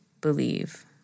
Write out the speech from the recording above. believe